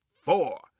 four